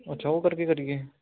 ਅੱਛਾ ਉਹ ਕਰਕੇ ਕਰੀਏ